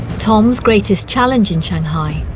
tom's greatest challenge in shanghai,